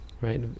right